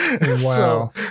Wow